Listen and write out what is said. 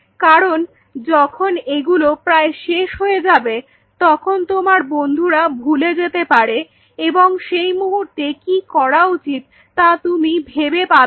কারণ যখন এগুলো প্রায় শেষ হয়ে যাবে তখন তোমার বন্ধুরা ভুলে যেতে পারে এবং সেই মুহূর্তে কি করা উচিত তা তুমি ভেবে পাবে না